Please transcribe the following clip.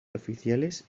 oficiales